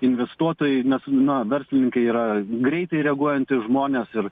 investuotojai na verslininkai yra greitai reaguojantys žmonės ir